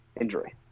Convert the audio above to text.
injury